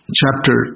chapter